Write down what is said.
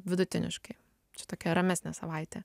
vidutiniškai čia tokia ramesnė savaitė